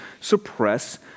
suppress